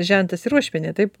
žentas ir uošvienė taip